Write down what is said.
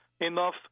enough